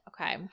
okay